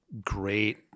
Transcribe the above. great